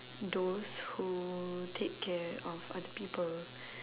those who take care of other people